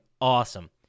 awesome